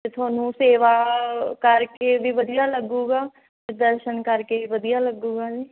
ਅਤੇ ਤੁਹਾਨੂੰ ਸੇਵਾ ਕਰਕੇ ਵੀ ਵਧੀਆ ਲੱਗੇਗਾ ਦਰਸ਼ਨ ਕਰਕੇ ਵੀ ਵਧੀਆ ਲੱਗੇਗਾ ਜੀ